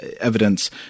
evidence